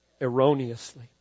erroneously